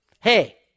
Hey